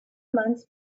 months